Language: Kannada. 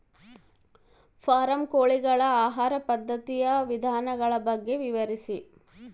ಫಾರಂ ಕೋಳಿಗಳ ಆಹಾರ ಪದ್ಧತಿಯ ವಿಧಾನಗಳ ಬಗ್ಗೆ ವಿವರಿಸಿ?